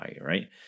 Right